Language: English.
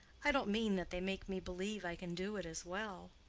i don't mean that they make me believe i can do it as well.